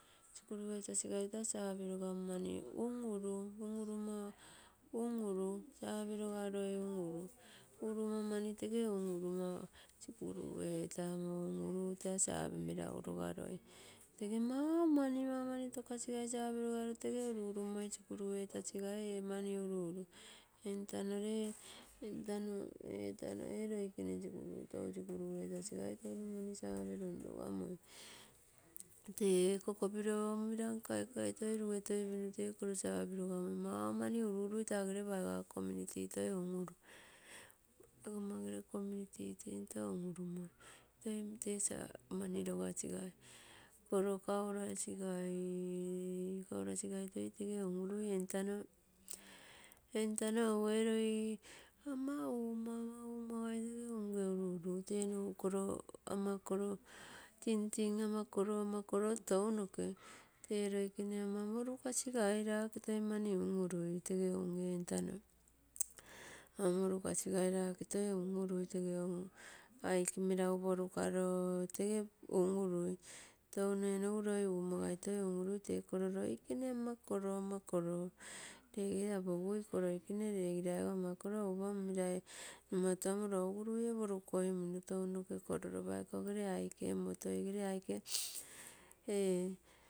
Sikuru etasisai taa save logammo mani un-uruu. Un-uruu moo, un-uruu save logaroi un-uru, un-uru mani tege un-uru sikuru eetaa, sikuru eetalo taa save melagu tege maumani, maumani tokasigai save logalo tege uru-uru mo sikuru etasigai ee mani uru-uru entano lee ee, entano ee laio ee loikena touno sikuru etasigai tou mani save lonlogamoi. Tee iko kopiro mumiranke kaikai toi lugetoipenno tee ako kopiro save logamoi maumani uru-uru tagere paiga community un-uru paigoma community sinto un-urumo tee save mani logasigai kolokaurasigaii, kaurasigai tege toi un-urui entano, entano egu ee loi ama umo, ama umogai tege unge uru-urui renogu kolo tingting, tingting ama kolo ama kolo tounoke tee loikene tee ama morukasigai lake toi mani un-urui unge entano, ama moruka sigai lake toi un-urui tee aike meragu porukalo tege un-urui. Touno enogu loikene umogai toi un-urui tee nogu loikene kologai toi un-urui, tenogu ee kolo lokene ama kolo, ama kolo leege apogigui iko loikene leegiraiago ama kolo, egu lopa mumira numatu rouruie parukoi munno touno apasi noke kolo lopa egere aike omoto ee aike ee.